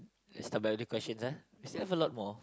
let's start by other questions ah we still have a lot more